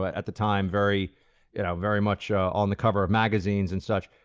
but at the time, very you know very much on the cover of magazines and such.